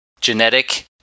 genetic